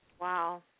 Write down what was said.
Wow